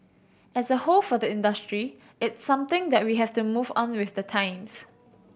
as a whole for the industry it's something that we have to move on with the times